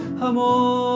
Amor